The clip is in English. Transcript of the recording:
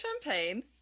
champagne